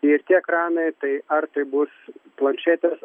ir tie ekranai tai ar tai bus planšetės